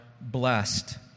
blessed